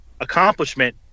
accomplishment